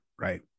right